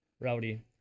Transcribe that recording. Rowdy